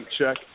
check